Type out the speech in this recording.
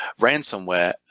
ransomware